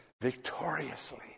victoriously